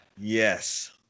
yes